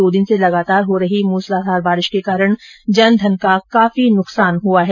दो दिन से लगातार हो रही मूसलाधार बारिश के कारण जनधन का काफी नुकसान हुआ है